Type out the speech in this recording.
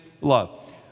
love